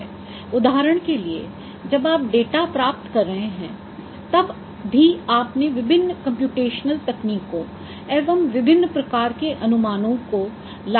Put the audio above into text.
उदाहरण के लिए जब आप डेटा प्राप्त कर रहे हैं तब भी आप विभिन्न कम्प्यूटेशनल तकनीकों एवं विभिन्न प्रकार के अनुमानों को लागू कर रहे हैं